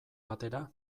batera